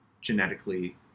genetically